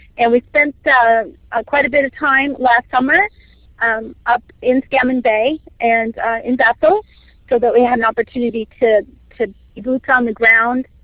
and we spent so ah quite a bit of time last summer up in scammon bay and in bethel so that we had an opportunity to get boots on the ground.